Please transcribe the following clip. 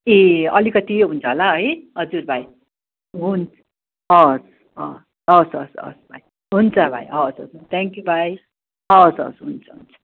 ए अलिकति हुन्छ होला है हजुर भाइ हुन्छ हवस् हवस् हवस् हवस् भाइ हुन्छ भाइ हवस् हजुर थ्याङ्क्यु भाइ हवस् हवस् हुन्छ हुन्छ